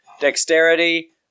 dexterity